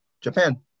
Japan